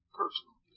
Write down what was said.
personal